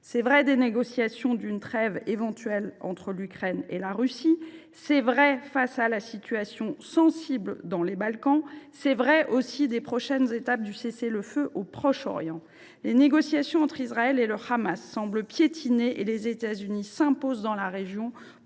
C’est vrai des négociations d’une trêve éventuelle entre l’Ukraine et la Russie. C’est vrai face à la situation sensible dans les Balkans. C’est vrai aussi des prochaines étapes du cessez le feu au Proche Orient. Les négociations entre Israël et le Hamas semblent piétiner et les États Unis s’imposent dans la région